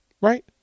right